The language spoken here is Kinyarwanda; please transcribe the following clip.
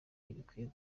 ntibikwiye